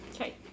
Okay